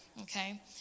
Okay